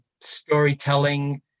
storytelling